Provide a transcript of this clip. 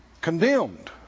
condemned